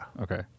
Okay